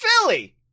Philly